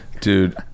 Dude